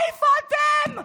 איפה אתם?